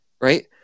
right